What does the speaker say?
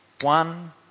one